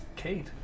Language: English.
Kate